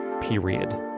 period